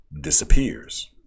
disappears